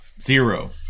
Zero